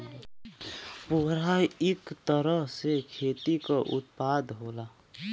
पुवरा इक तरह से खेती क उत्पाद होला